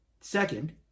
Second